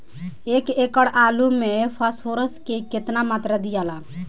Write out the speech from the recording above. एक एकड़ आलू मे फास्फोरस के केतना मात्रा दियाला?